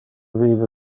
vive